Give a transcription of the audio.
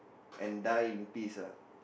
and die in peace ah